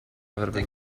avrebbe